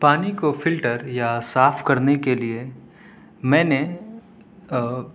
پانی کو فلٹر یا صاف کرنے کے لیے میں نے